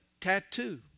tattoo